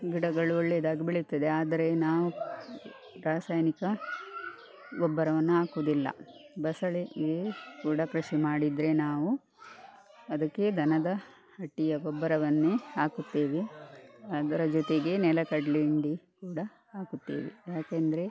ಗಿಡಗಳು ಒಳ್ಳೆಯದಾಗಿ ಬೆಳೆಯುತ್ತದೆ ಆದರೆ ನಾವು ರಾಸಾಯನಿಕ ಗೊಬ್ಬರವನ್ನು ಹಾಕುವುದಿಲ್ಲ ಬಸಳೆಗೆ ಕೂಡ ಕೃಷಿ ಮಾಡಿದರೆ ನಾವು ಅದಕ್ಕೆ ದನದ ಹಟ್ಟಿಯ ಗೊಬ್ಬರವನ್ನೇ ಹಾಕುತ್ತೇವೆ ಅದರ ಜೊತೆಗೆ ನೆಲಗಡಲೆ ಹಿಂಡಿ ಕೂಡ ಹಾಕುತ್ತೇವೆ ಯಾಕೆಂದರೆ